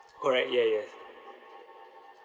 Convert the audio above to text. correct yes yes